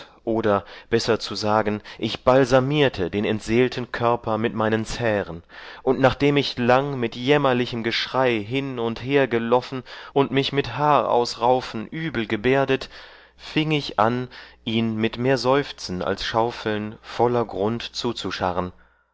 oder besser zu sagen ich balsamierte den entseelten körper mit meinen zähren und nachdem ich lang mit jämmerlichem geschrei hin und her geloffen und mich mit haarausraufen übel gebärdet fieng ich an ihn mit mehr seufzen als schaufeln voller grund zuzuscharren